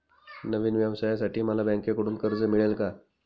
नवीन व्यवसायासाठी मला बँकेकडून कर्ज मिळेल का?